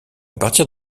partir